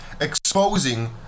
exposing